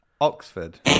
Oxford